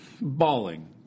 bawling